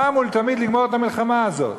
אחת ולתמיד לגמור את המלחמה הזאת.